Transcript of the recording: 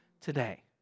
today